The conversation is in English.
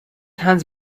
hands